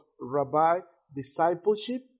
rabbi-discipleship